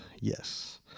Yes